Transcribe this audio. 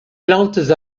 plantes